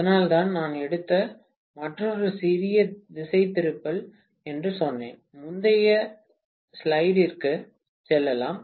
அதனால்தான் நான் எடுத்த மற்றொரு சிறிய திசைதிருப்பல் என்று சொன்னேன் முந்தைய ஸ்லைடிற்கு செல்லலாம்